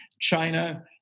China